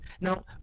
Now